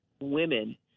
women